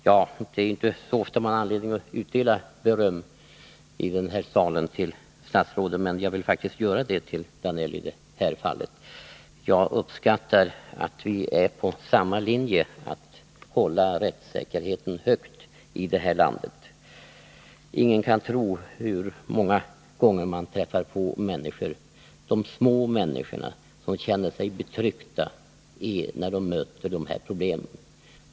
Herr talman! Det är inte ofta man i denna sal har anledning att utdela beröm till statsråd, men jag vill i detta fall faktiskt berömma Georg Danell. Jag uppskattar att vi är på samma linje, att vi är måna om att hålla rättssäkerheten högt i detta land. Ingen kan tro hur många gånger man träffar på människor — de små människorna — som känner sig betryckta när de möter dessa problem.